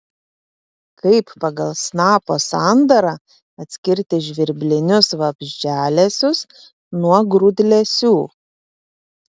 kaip pagal snapo sandarą atskirti žvirblinius vabzdžialesius nuo grūdlesių